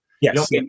Yes